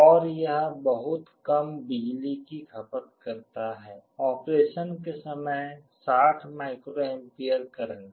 और यह बहुत कम बिजली की खपत करता है ऑपरेशन के समय 60 माइक्रोएम्पियर करंट